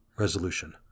resolution